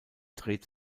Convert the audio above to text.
dreht